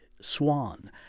swan